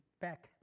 back